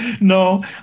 no